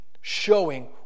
showing